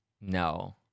No